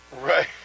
Right